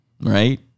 right